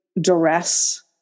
duress